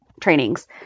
trainings